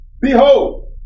Behold